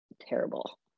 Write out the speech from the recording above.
terrible